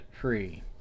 free